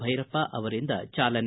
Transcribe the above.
ಭೈರಪ್ಪ ಅವರಿಂದ ಚಾಲನೆ